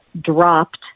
dropped